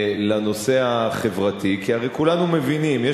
הנושא החברתי, כי הרי כולנו מבינים, לא קשור.